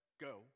go